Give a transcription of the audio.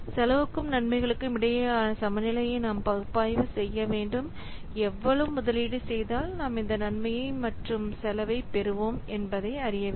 செலவுக்கும் நன்மைகளுக்கும் இடையிலான சமநிலையை நாம் பகுப்பாய்வு செய்ய வேண்டும் எவ்வளவு முதலீடு செய்தால் நாம் இந்த நன்மை மற்றும் செலவை பெறுவோம் என்பதை அறிய வேண்டும்